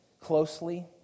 closely